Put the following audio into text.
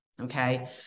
Okay